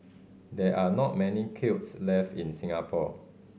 there are not many kilns left in Singapore